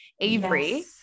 Avery